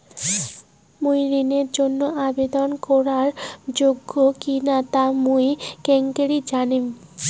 মুই ঋণের জন্য আবেদন করার যোগ্য কিনা তা মুই কেঙকরি জানিম?